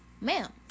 ma'am